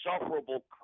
insufferable